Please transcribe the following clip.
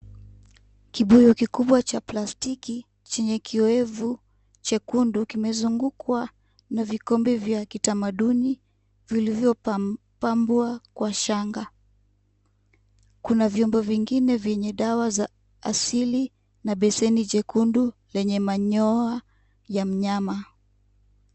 Kibuyu kikubwa cha plastiki chenye kiowevu jekundu kimezungukwa na vikombe vya tamaduni vilivyopambwa kwa shanga. Kuna vibuyu vingine vyenye dawa vya asili na kikombe chekundu lenye manyoya ya mnyama .